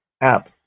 app